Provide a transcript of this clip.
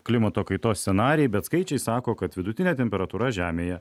klimato kaitos scenarijai bet skaičiai sako kad vidutinė temperatūra žemėje